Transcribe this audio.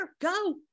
go